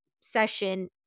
session